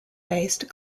based